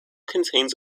contains